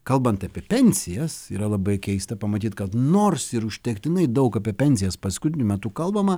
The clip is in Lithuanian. kalbant apie pensijas yra labai keista pamatyt kad nors ir užtektinai daug apie pensijas paskutiniu metu kalbama